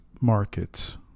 markets